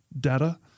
data